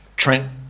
Trent